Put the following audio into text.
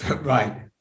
Right